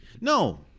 No